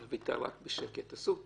אני אשמח מאוד לקחת הלוואה ולא להחזיר אותה.